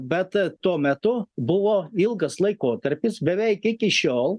bet tuo metu buvo ilgas laikotarpis beveik iki šiol